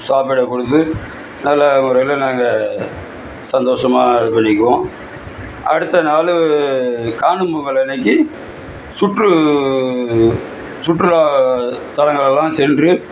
சாப்பிட கொடுத்து நல்ல முறையில் நாங்கள் சந்தோசமா இது பண்ணிக்குவோம் அடுத்த நாளு காணும் பொங்கல் அன்றைக்கி சுற்று சுற்றுலா தலங்கள் எல்லாம் சென்று